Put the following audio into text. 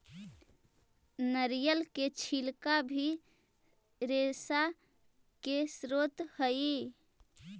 नरियर के छिलका भी रेशा के स्रोत हई